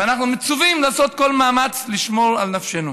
ואנחנו מצווים לעשות כל מאמץ לשמור על נפשנו.